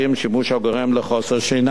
שימוש הגורם לחוסר שינה,